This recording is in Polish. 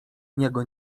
niego